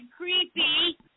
creepy